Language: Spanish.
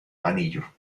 anillo